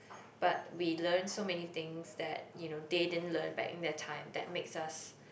but we learn so many things that you know they didn't learn back in their time that makes us